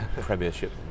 premiership